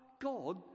god